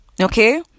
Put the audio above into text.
okay